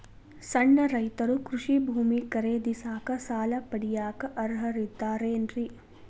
ಸಣ್ಣ ರೈತರು ಕೃಷಿ ಭೂಮಿ ಖರೇದಿಸಾಕ, ಸಾಲ ಪಡಿಯಾಕ ಅರ್ಹರಿದ್ದಾರೇನ್ರಿ?